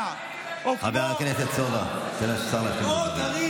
חבר הכנסת סובה, תאפשר לשר להמשיך לדבר.